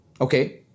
okay